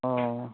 ꯑꯣ